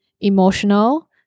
emotional